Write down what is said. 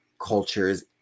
cultures